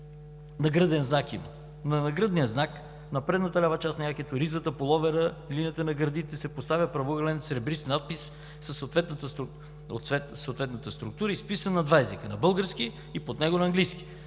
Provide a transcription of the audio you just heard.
нагръден знак. На нагръдния знак, на предната лява част на якето, ризата, пуловера, на линията на гърдите се поставя правоъгълен сребрист надпис със съответната структура, изписан на два езика – на български, и под него на английски.